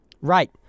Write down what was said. Right